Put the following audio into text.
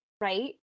right